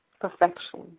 perfection